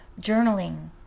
journaling